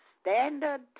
standard